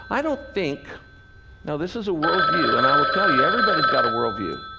i don't think now, this is a worldview, and i will tell you, everybody's got a worldview.